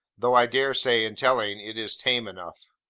though i dare say, in telling, it is tame enough.